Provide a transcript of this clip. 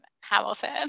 Hamilton